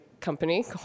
company